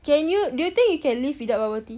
can you do you think you can live without bubble tea